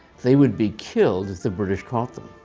they would be killed if the british caught them.